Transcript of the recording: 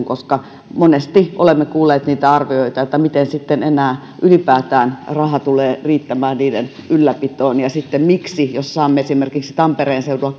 koska monesti olemme kuulleet niitä arvioita että miten sitten enää ylipäätään raha tulee riittämään niiden ylläpitoon ja sitten jos saamme esimerkiksi tampereen seudulla